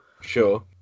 Sure